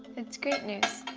it's great news.